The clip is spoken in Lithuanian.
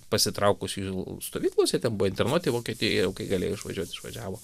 pasitraukusiųjų stovyklose ten buvo internuoti vokietijoje jau kai galėjo išvažiuot išvažiavo